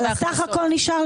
אני לא מצליחה לקבל את התשובה.